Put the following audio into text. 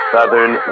Southern